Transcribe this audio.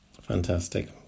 fantastic